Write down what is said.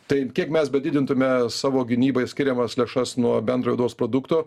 tai kiek mes bedidintume savo gynybai skiriamas lėšas nuo bendrojo vidaus produkto